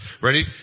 Ready